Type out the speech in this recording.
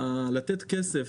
לתת כסף